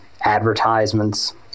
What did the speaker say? advertisements